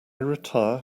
retire